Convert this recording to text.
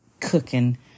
cooking